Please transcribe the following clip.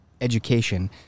education